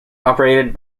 operated